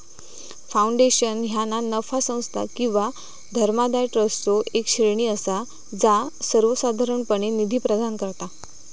foundation ह्या ना नफा संस्था किंवा धर्मादाय ट्रस्टचो येक श्रेणी असा जा सर्वोसाधारणपणे निधी प्रदान करता